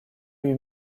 lui